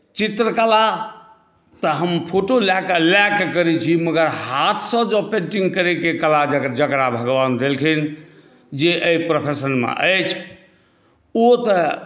चित्रकला तऽ हम फोटो लए कऽ करैत छी मुदा हाथसँ जँ पेन्टिंग करैके कला जकरा भगवान देलखिन जे एहि प्रोफेशनमे अछि ओ तऽ